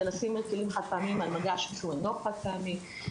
לשים כלים חד פעמיים על מגש שהוא אינו חד פעמי,